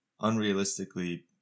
unrealistically